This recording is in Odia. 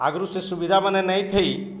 ଆଗରୁ ସେ ସୁବିଧା ମାନେ ନାଇଁ ଥାଇ